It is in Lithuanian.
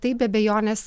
ir tai be abejonės